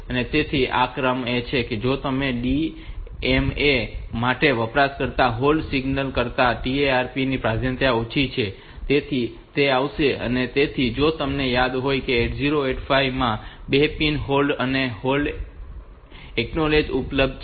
તેથી આ ક્રમ છે અને જો કે DMA માટે વપરાતા હોલ્ડ સિગ્નલ કરતાં TRAP ની પ્રાધાન્યતા ઓછી છે તેથી તે આવશે તેથી જો તમને યાદ હોય કે 8085 માં 2 પિન હોલ્ડ અને હોલ્ડ એક્નોલેજ ઉપલબ્ધ છે